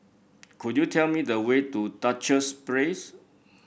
could you tell me the way to Duchess Place